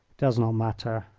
does not matter.